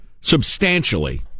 Substantially